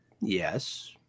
Yes